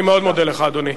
אני מאוד מודה לך, אדוני.